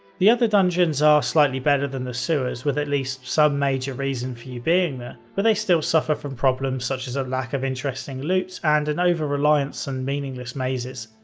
the other dungeons are slightly better than the sewers, with at least some major reason for you being there, but they still suffer from problems such as a lack of interesting loot and an overreliance on meaningless mazes.